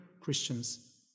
Christians